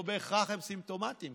לא בהכרח הם סימפטומטיים.